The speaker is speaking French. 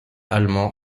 allemand